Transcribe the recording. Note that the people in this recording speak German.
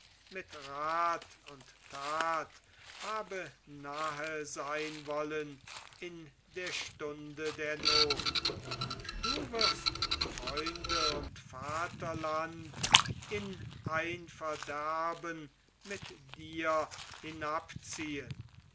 mit rath und that habe nahe sein wollen in der stunde der noth du wirst freunde und vaterland in ein verderben mit dir